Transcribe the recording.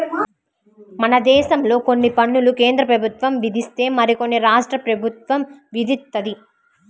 మనదేశంలో కొన్ని పన్నులు కేంద్రప్రభుత్వం విధిస్తే మరికొన్ని రాష్ట్ర ప్రభుత్వం విధిత్తది